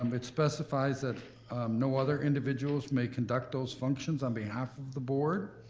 um it specifies that no other individuals may conduct those functions on behalf of the board,